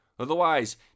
Otherwise